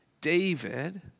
David